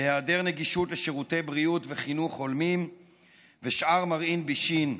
בהיעדר נגישות לשירותי בריאות וחינוך הולמים ושאר מרעין בישין,